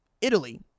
Italy